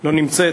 לא נמצאת.